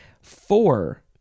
Four